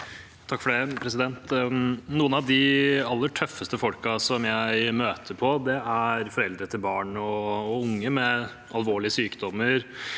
(komite- ens leder): Noen av de aller tøffeste folka jeg møter på, er foreldre til barn og unge med alvorlige sykdommer